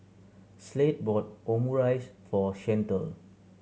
Slade bought Omurice for Shantell